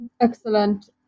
Excellent